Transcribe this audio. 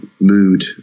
mood